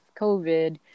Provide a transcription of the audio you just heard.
covid